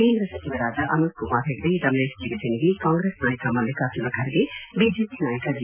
ಕೇಂದ್ರ ಸಚಿವರಾದ ಅನಂತ್ ಕುಮಾರ್ ಹೆಗಡೆ ರಮೇಶ್ ಜಿಗಜಿಣಗಿ ಕಾಂಗ್ರೆಸ್ ನಾಯಕ ಮಲ್ಲಿಕಾರ್ಜುನ ಖರ್ಗೆ ಬಿಜೆಪಿ ನಾಯಕ ಜಿ